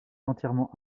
entièrement